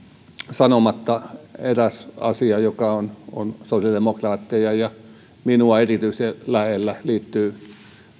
sanomatta eräs asia joka on on sosiaalidemokraatteja ja minua erityisen lähellä ja liittyy